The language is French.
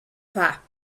pas